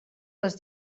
les